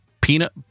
peanut